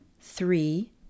three